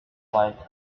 like